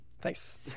Thanks